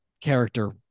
character